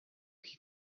que